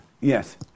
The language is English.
Yes